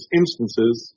instances